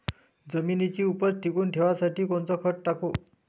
जमिनीची उपज टिकून ठेवासाठी कोनचं खत टाकू?